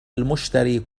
المشتري